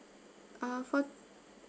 uh for